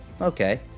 Okay